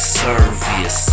service